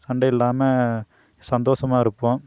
சண்டை இல்லாமல் சந்தோசமாக இருப்போம்